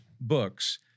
books